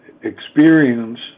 experience